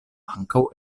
ankaŭ